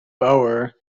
boer